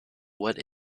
what